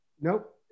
Nope